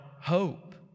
hope